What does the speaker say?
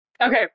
okay